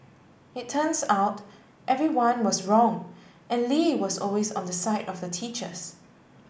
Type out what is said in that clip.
it turns out everyone was wrong and Lee was always on the side of the teachers